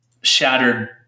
shattered